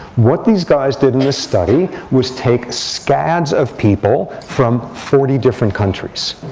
what these guys did in this study was take scads of people from forty different countries.